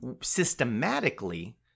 systematically